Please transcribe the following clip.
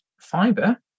fiber